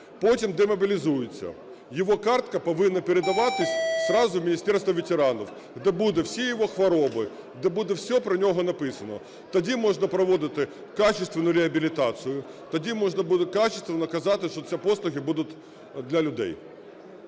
потім демобілізується, його картка повинна передаватись сразу в Міністерство ветеранів, де будуть всі його хвороби, де буде все про нього написано. Тоді можна проводити качественную реабілітацію, тоді можна буде качественно казати, що ці послуги будуть для людей.